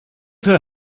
her